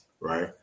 Right